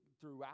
throughout